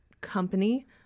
company